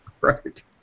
Right